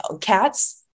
cats